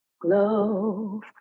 glow